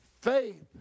Faith